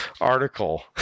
article